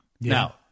Now